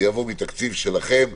זה יבוא מתקציב שלכם.